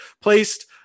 placed